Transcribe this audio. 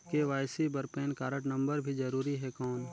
KYC बर PAN card number भी जरूरी हे कौन?